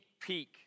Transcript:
peek